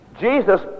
Jesus